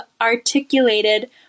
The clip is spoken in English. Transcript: articulated